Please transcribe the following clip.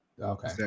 Okay